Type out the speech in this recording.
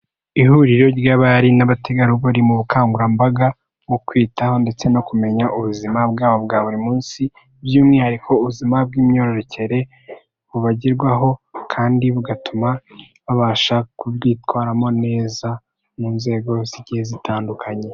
Ihuriro ry'abari n'abategarugori mu bukangurambaga bwo kwitaho ndetse no kumenya ubuzima bwabo bwa buri munsi, by'umwihariko ubuzima bw'imyororokere bubagerwaho kandi bugatuma babasha kubyitwaramo neza mu nzego zigiye zitandukanye.